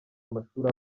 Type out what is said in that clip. amashuri